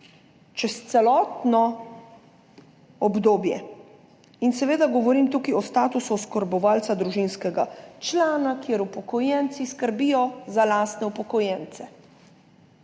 čez celotno obdobje. Seveda govorim tukaj o statusu oskrbovalca družinskega člana, kjer upokojenci skrbijo za lastne upokojence,